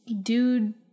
dude